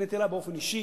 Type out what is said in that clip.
והפניתי אליו באופן אישי